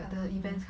company